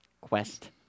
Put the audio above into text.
Quest